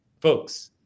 folks